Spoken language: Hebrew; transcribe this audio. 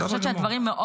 בסדר גמור.